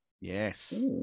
Yes